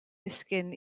ddisgyn